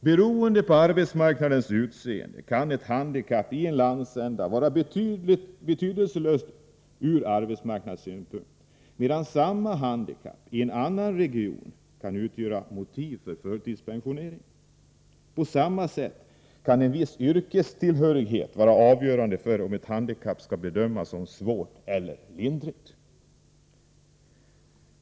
Beroende på arbetsmarknadens utseende kan ett handikapp i en landsända vara betydelselöst från arbetsmarknadssynpunkt, medan samma handikapp i en annan region kan utgöra motiv för förtidspensionering. På samma sätt kan en viss yrkestillhörighet vara avgörande för om ett handikapp skall bedömas som svårt eller lindrigt.